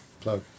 plug